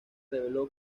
reveló